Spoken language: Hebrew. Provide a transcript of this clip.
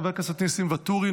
חבר הכנסת ניסים ואטורי,